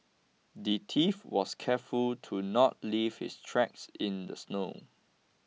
the thief was careful to not leave his tracks in the snow